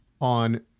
on